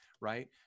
right